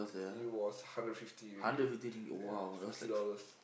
it was hundred fifty ringgit ya fifty dollars